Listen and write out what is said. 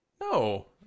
No